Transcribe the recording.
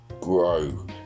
Grow